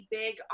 big